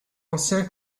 ancien